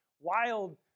wild